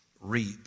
reap